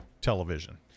television